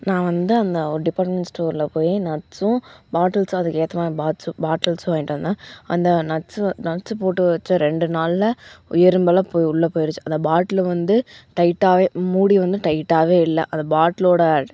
நான் வந்து அந்த டிபார்ட்மெண்ட் ஸ்டோரில் போய் நட்ஸும் பாட்டில்ஸும் அதுக்கேற்ற மாதிரி பாட்டில்ஸும் வாங்கிட்டு வந்தேன் அந்த நட்ஸு நட்ஸு போட்டு வைச்ச ரெண்டு நாளில் எறும்பெல்லாம் உள்ளே போயிடுச்சு அந்த பாட்டிலு வந்து டைட்டாகவே மூடி வந்து டைட்டாகவே இல்லை அந்த பாட்டிலோட